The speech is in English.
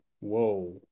whoa